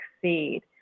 succeed